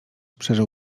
przeżył